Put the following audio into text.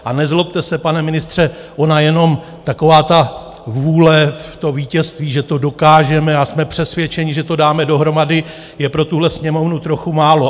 A nezlobte se, pane ministře, ona jenom taková ta vůle v to vítězství, že to dokážeme, a jsme přesvědčeni, že to dáme dohromady, je pro tuhle Sněmovnu trochu málo.